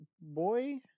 boy